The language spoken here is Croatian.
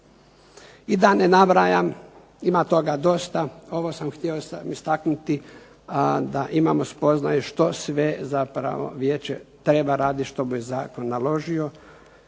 I da ne nabrajam ima toga dosta, ovo sam htio istaknuti da imamo spoznaju što sve Vijeće treba raditi što mu je Zakon naložio